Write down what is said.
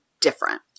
different